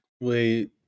Wait